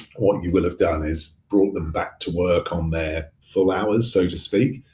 what you will have done is brought them back to work on their full hours so to speak.